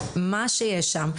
מה יש שם,